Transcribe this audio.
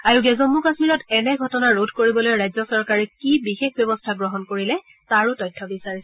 আয়োগে জম্মু কাশ্মীৰত এনে ঘটনা ৰোধ কৰিবলৈ ৰাজ্য চৰকাৰে কি বিশেষ ব্যৱস্থা গ্ৰহণ কৰিলে তাৰো তথ্য বিচাৰিছে